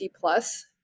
plus